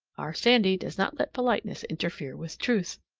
our sandy does not let politeness interfere with truth!